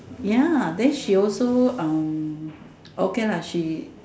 ya then she also um okay lah she